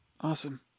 Awesome